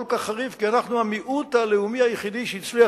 כך חריף היא כי אנחנו המיעוט הלאומי היחידי שהצליח